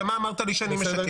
ומה אמרת לי שאני משקר.